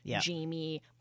Jamie